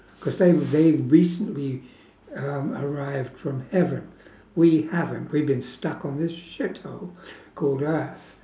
cause they've they've recently um arrived from heaven we haven't we've been stuck on this shithole called earth